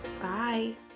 Bye